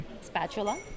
spatula